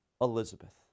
Elizabeth